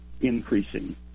increasing